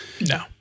No